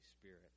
Spirit